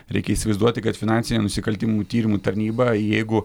reikia įsivaizduoti kad finansinių nusikaltimų tyrimų tarnyba jeigu